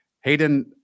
Hayden